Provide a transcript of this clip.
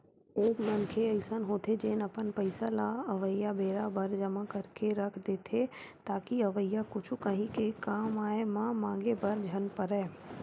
एक मनखे अइसन होथे जेन अपन पइसा ल अवइया बेरा बर जमा करके के रख देथे ताकि अवइया कुछु काही के कामआय म मांगे बर झन परय